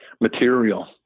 material